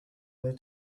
their